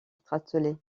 tartelett